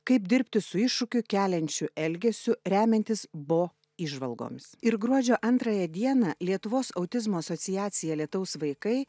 kaip dirbti su iššūkį keliančiu elgesiu remiantis bo įžvalgomis ir gruodžio antrąją dieną lietuvos autizmo asociacija lietaus vaikai